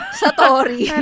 satori